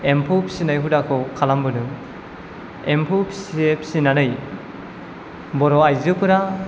एम्फौ फिनाय हुदाखौ खालामबोदों एम्फौ फिसे फिनानै बर' आइजोफोरा